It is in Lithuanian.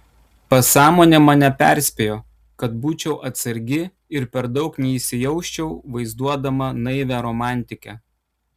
pasąmonė mane perspėjo kad būčiau atsargi ir per daug neįsijausčiau vaizduodama naivią romantikę